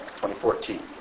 2014